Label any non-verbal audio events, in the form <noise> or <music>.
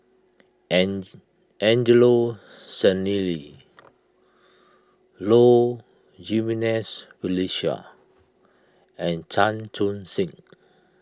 <unintelligible> Angelo Sanelli Low Jimenez Felicia and Chan Chun Sing